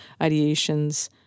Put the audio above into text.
ideations